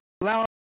allow